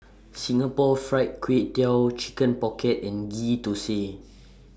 Singapore Fried Kway Tiao Chicken Pocket and Ghee Thosai